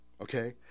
okay